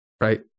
Right